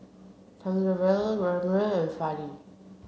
Thamizhavel Raghuram and Fali